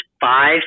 five